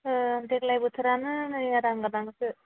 ओ देग्लाय बोथोरानो नै आदां गादांसो